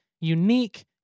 unique